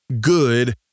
good